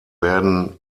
werden